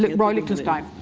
like roy lichtenstein,